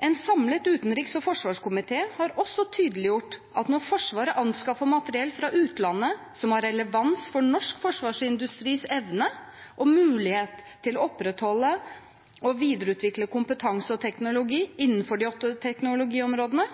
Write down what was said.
En samlet utenriks- og forsvarskomité har også tydeliggjort at når Forsvaret anskaffer materiell fra utlandet som har relevans for norsk forsvarsindustris evne og mulighet til å opprettholde og videreutvikle kompetanse og teknologi innenfor de